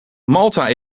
malta